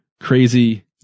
crazy